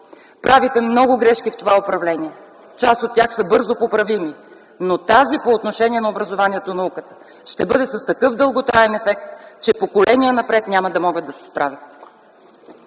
Правите много грешки в това управление – част от тях са бързо поправими, но тази по отношение на образованието и науката ще бъде с такъв дълготраен ефект, че поколения напред няма да могат да се справят.